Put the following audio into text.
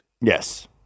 Yes